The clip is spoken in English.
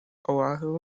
oahu